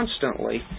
constantly